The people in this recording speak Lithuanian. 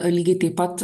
lygiai taip pat